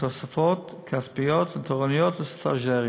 בתוספות כספיות לתורנויות לסטאז'רים